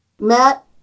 Matt